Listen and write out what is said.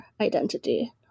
Identity